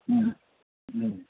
ꯑꯪ ꯎꯝ